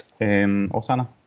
Osana